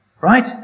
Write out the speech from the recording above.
right